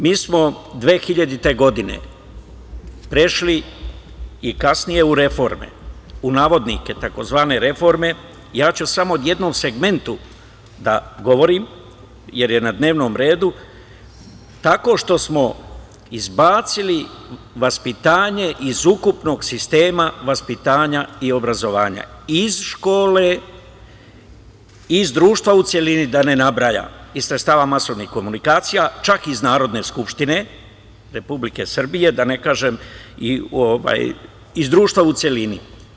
Mi smo 2000. godine prešli i kasnije u reforme, pod navodnike - takozvane reforme, ja ću samo o jednom segmentu da govorim jer je na dnevnom redu, tako što smo izbacili vaspitanje iz ukupnog sistema vaspitanja i obrazovanja, i iz škole i iz društva u celini, da ne nabrajam, kao i iz sredstava masovnih komunikacija, čak i iz Narodne skupštine Republike Srbije, da ne kažem iz društva u celini.